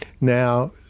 Now